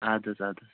اَدٕ حظ اَدٕ حظ